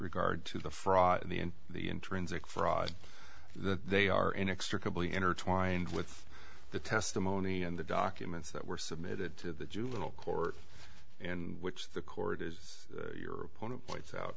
regard to the frog in the in the intrinsic fraud that they are inextricably intertwined with the testimony and the documents that were submitted to the juvenile court in which the court is your opponent points out